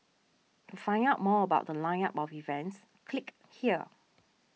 to find out more about The Line up of events click here